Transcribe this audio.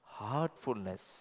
heartfulness